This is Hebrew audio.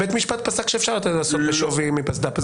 בית משפט פסק שאפשר לתת בשווי מפסד"פ.